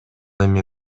эми